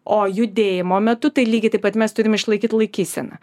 o judėjimo metu tai lygiai taip pat mes turim išlaikyt laikyseną